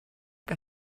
que